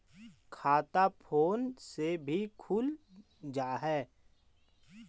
खाता फोन से भी खुल जाहै?